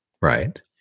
Right